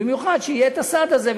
במיוחד שיהיה הסד הזה.